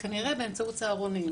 כנראה באמצעות סהרונים.